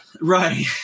Right